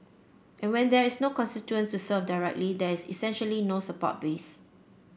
and when there is no constituents to serve directly there is essentially no support base